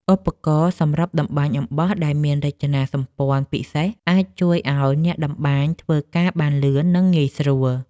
ឧបករណ៍សម្រាប់ត្បាញអំបោះដែលមានរចនាសម្ព័ន្ធពិសេសអាចជួយឱ្យអ្នកតម្បាញធ្វើការបានលឿន និង ងាយស្រួល។